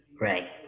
Right